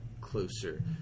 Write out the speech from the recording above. closer